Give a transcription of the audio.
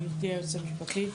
גברתי היועצת המשפטית.